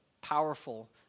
powerful